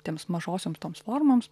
tiems mažosioms toms formoms